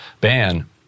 ban